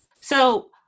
So-